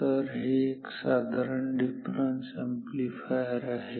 तर हे एक साधारण डिफरन्स अॅम्प्लीफायर आहे